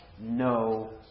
no